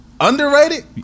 Underrated